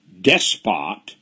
despot